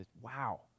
Wow